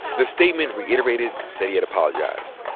the statement reiterated that he had apologized.